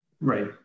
right